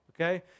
okay